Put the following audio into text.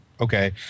okay